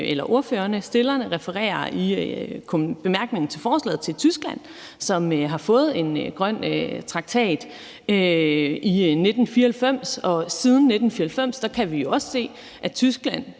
her. Forslagsstillerne refererer i bemærkningerne til forslaget til Tyskland, som har fået en grøn traktat i 1994, og siden 1994 har vi jo kunnet se, at Tyskland